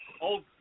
old –